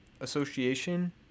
association